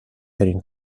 ترین